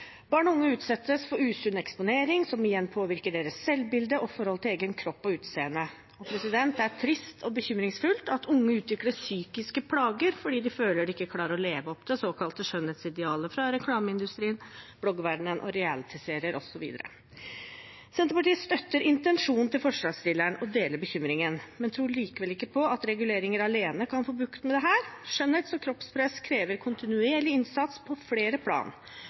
Barn og unge utsettes for usunn eksponering som igjen påvirker deres selvbilde og forhold til egen kropp og utseende. Det er trist og bekymringsfullt at unge utvikler psykiske plager fordi de føler de ikke klarer å leve opp til det såkalte skjønnhetsidealet fra reklameindustrien, bloggverdenen, realityserier osv. Senterpartiet støtter intensjonen til forslagsstilleren og deler bekymringen, men tror ikke at reguleringer alene kan få bukt med dette. Skjønnhets- og kroppspress krever kontinuerlig innsats på flere plan,